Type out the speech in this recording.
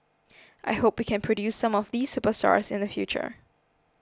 I hope we can produce some of these superstars in the future